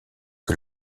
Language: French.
que